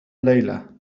ليلة